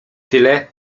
tyle